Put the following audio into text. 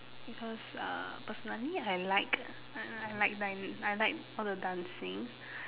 because uh personally I like I like like I like all the dancings